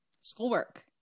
schoolwork